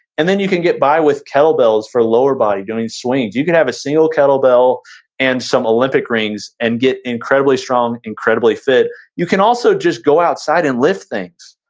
and then you can get by with kettlebells for lower body doing swings. you could have a single kettlebell and some olympic rings and get incredibly strong, incredibly fit you can also also just go outside and lift things.